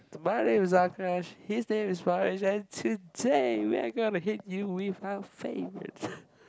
my name is Akash his name is Parish and today we are going to hit you with our favourites